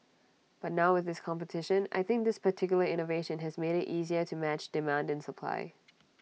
but now with this competition I think this particular innovation has made IT easier to match demand and supply